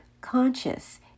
conscious